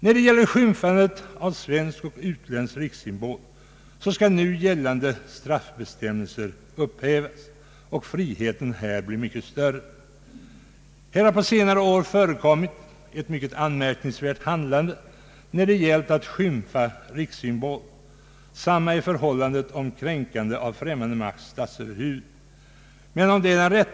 När det gäller skymfande av svensk eller utländsk rikssymbol skall nu gällande straffbestämmelser upphävas och friheten bli mycket större. På senare år har förekommit ett mycket anmärkningsvärt handlande när det gällt att skymfa rikssymboler. Samma är förhållandet med kränkande av främmande makts statsöverhuvud.